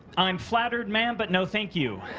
i'm flattered, ma'am, but no thank you.